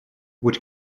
would